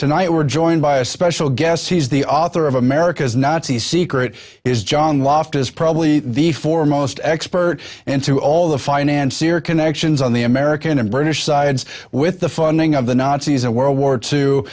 tonight we're joined by a special guest he's the author of america's nazi secret is john loftus probably the foremost expert and to all the financier connections on the american and british sides with the funding of the nazis in world war two